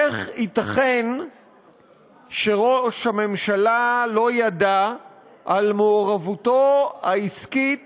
איך ייתכן שראש הממשלה לא ידע על מעורבותו העסקית